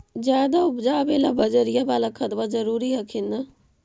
ज्यादा उपजाबे ला बजरिया बाला खदबा जरूरी हखिन न?